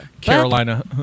Carolina